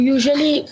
Usually